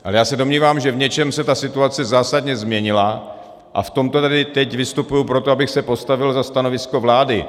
Ale já se domnívám, že v něčem se ta situace zásadně změnila, a v tomto tady teď vystupuji proto, abych se postavil za stanovisko vlády.